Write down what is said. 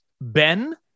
Ben